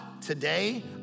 today